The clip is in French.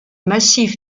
massif